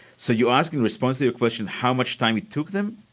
so you ask in response to your question how much time it took them.